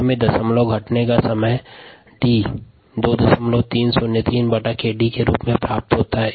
xv0xv10 दशमलव में कमी की दर 2303 बटा 𝑘𝑑 के रूप में प्राप्त करते हैं